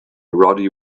roddy